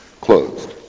closed